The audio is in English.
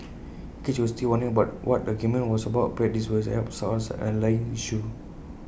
case you were still wondering bar what the argument was about perhaps this will help source the underlying issue